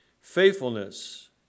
faithfulness